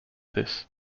this